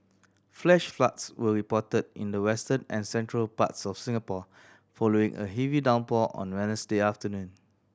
flash floods were reported in the western and central parts of Singapore following a heavy downpour on Wednesday afternoon